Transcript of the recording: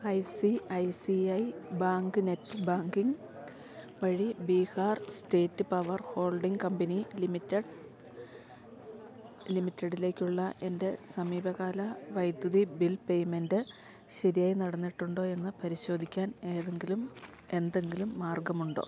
I C I C I bank net banking വഴി Bihar state power holding company limited ലിമിറ്റഡിലേക്കുള്ള എന്റെ സമീപകാല വൈദ്യുതി ബിൽ പേയ്മെന്റ് ശരിയായി നടന്നിട്ടുണ്ടോയെന്ന് പരിശോധിക്കാൻ ഏതെങ്കിലും എന്തെങ്കിലും മാർഗമുണ്ടോ